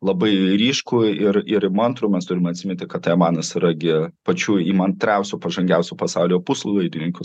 labai ryškų ir ir įmantrų mes turime atsiminti kad taivanas yra gi pačių įmantriausių pažangiausių pasaulio puslaidininkių